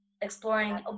exploring